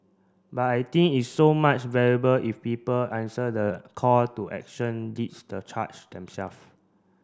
but I think it's so much valuable if people answer the call to action leads the charge them self